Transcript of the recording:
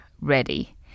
ready